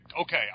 okay